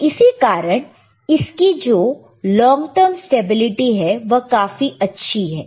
तो इसी कारण इसकी जो लॉन्ग टर्म स्टेबिलिटी है वह काफी अच्छी है